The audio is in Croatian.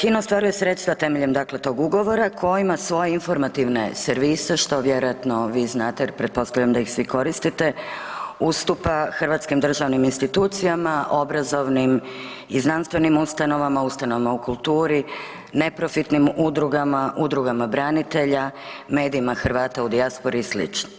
HINA ostvaruje sredstva temeljem dakle tog ugovora koji ima svoje informativne servise što vjerovatno vi znate jer pretpostavljam da ih svi koristite, ustupa hrvatskim državnim institucijama, obrazovnim i znanstvenim ustanovama, ustanovama u kulturi, neprofitnim udrugama, udrugama branitelja, medijima Hrvata u dijaspori i sl.